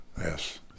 Yes